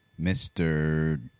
Mr